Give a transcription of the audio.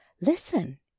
listen